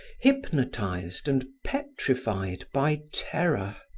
hypnotized and petrified by terror.